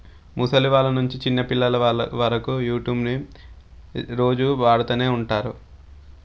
ముసలి వాళ్ళ నుంచి చిన్నపిల్లల వాళ్ళ వరకు యూట్యూబ్ ని రోజు వాడుతూనే ఉంటారు